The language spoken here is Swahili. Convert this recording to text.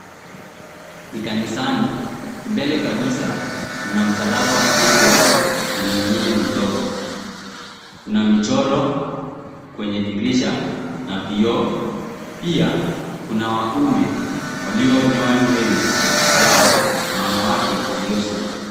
Ni kanisani. Mbele kabisa mna msalaba mkubwa na mwingine mdogo. Kuna michoro kwenye dirisha na vioo. Pia kuna ume walionyoa nywele zao na wanawake waliosuka.